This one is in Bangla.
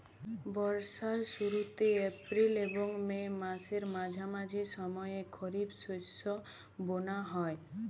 বর্ষার শুরুতে এপ্রিল এবং মে মাসের মাঝামাঝি সময়ে খরিপ শস্য বোনা হয়